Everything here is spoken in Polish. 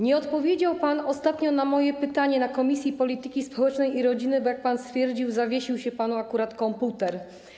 Nie odpowiedział pan ostatnio na moje pytanie na posiedzeniu Komisji Polityki Społecznej i Rodziny, bo jak pan stwierdził, zawiesił się panu akurat komputer.